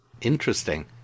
Interesting